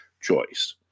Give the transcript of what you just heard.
choice